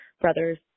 Brothers